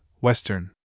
Western